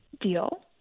deal